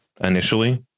Initially